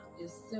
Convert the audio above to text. Yes